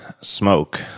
smoke